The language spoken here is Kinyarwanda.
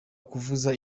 kuvuza